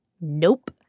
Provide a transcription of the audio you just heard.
nope